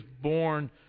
born